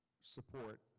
support